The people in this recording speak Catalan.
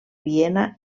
viena